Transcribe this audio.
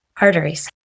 Arteries